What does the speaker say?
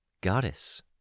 Goddess